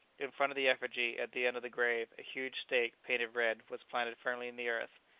in front of the effigy, at the end of the grave, a huge stake, painted red, was planted firmly in the earth.